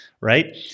right